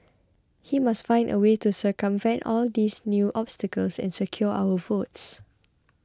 he must find a way to circumvent all these new obstacles and secure our votes